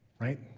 Right